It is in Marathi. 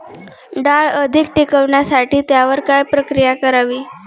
डाळ अधिक टिकवण्यासाठी त्यावर काय प्रक्रिया करावी?